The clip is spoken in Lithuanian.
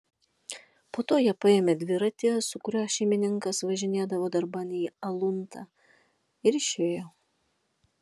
po to jie paėmė dviratį su kuriuo šeimininkas važinėdavo darban į aluntą ir išėjo